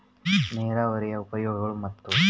ನೇರಾವರಿಯ ಉಪಯೋಗಗಳನ್ನು ಮತ್ತು?